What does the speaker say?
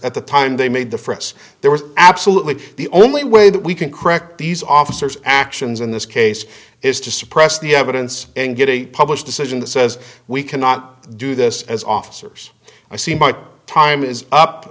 at the time they made the for us there was absolutely the only way that we can correct these officers actions in this case is to suppress the evidence and get it published decision that says we cannot do this as officers i see my time is up